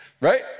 Right